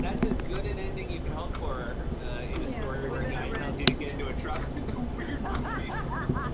that's as good an ending you can hope for in a story where a guy tells you to get into a truck with and ah